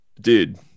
dude